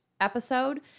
episode